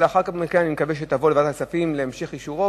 ואחר כך אני מקווה שהיא תבוא לוועדת הכספים להמשך אישור הנושא,